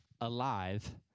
Alive